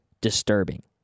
disturbing